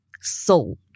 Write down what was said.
soul